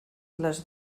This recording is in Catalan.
les